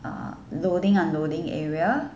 uh loading unloading area